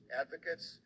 advocates